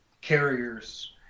carriers